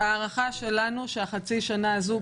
ההערכה שלנו שחצי השנה הזו,